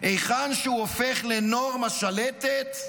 היכן שהוא הופך לנורמה שלטת,